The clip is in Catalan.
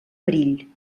perill